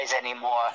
anymore